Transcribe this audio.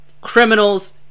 criminals